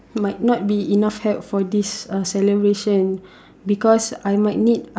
might not be enough help for this uh celebration because I might need